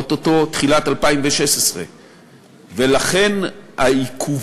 או-טו-טו תחילת 2016. לכן העיכובים